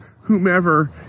whomever